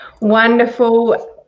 Wonderful